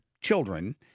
children